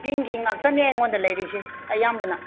ꯆꯤꯡꯒꯤ ꯉꯥꯛꯇꯅꯦ ꯑꯩꯉꯣꯟꯗ ꯂꯩꯔꯤꯁꯦ ꯑꯌꯥꯝꯕꯅ